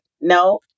No